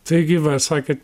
taigi va sakėt